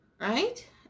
right